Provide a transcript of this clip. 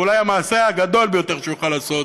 ואולי המעשה הגדול ביותר שהוא יוכל לעשות